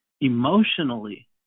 emotionally